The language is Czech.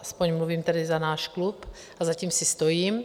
Aspoň mluvím tedy za náš klub a za tím si stojím.